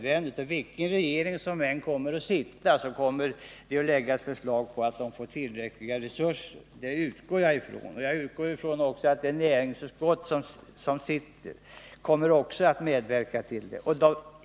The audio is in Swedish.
Vilken regering som än sitter vid makten kommer det att läggas fram förslag om att företaget skall få tillräckliga resurser. Det utgår jag ifrån. Och jag utgår också ifrån att det näringsutskott som sitter också kommer att medverka till detta.